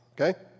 okay